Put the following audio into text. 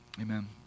amen